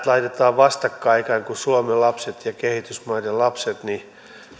laitetaan vastakkain ikään kuin suomen lapset ja kehitysmaiden lapset